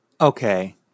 Okay